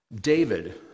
David